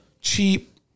cheap